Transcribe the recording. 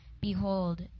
Behold